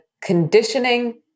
conditioning